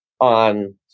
on